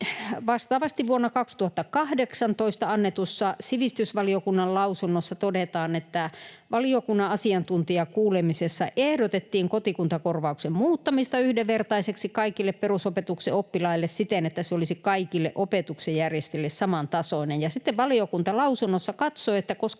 Vastaavasti vuonna 2018 annetussa sivistysvaliokunnan lausunnossa todetaan, että ”valiokunnan asiantuntijakuulemisessa ehdotettiin kotikuntakorvauksen muuttamista yhdenvertaiseksi kaikille perusopetuksen oppilaille siten, että se olisi kaikille opetuksen järjestäjille samantasoinen”. Ja sitten valiokunta lausunnossa katsoi, että koska